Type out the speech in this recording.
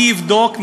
מי יבדוק?